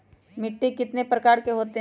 मिट्टी कितने प्रकार के होते हैं?